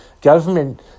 government